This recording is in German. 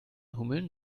hummeln